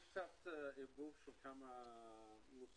יש כאן ערבוב של כמה מושגים.